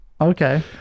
Okay